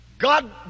God